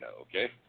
okay